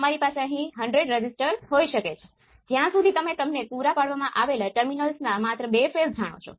તેથી હું એક ઉદાહરણ બતાવવા જઈ રહ્યો છું